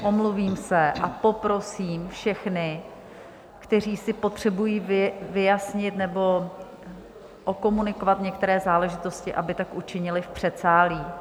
Omluvím se a poprosím všechny, kteří si potřebují vyjasnit nebo okomunikovat některé záležitosti, aby tak učinili v předsálí.